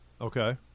Okay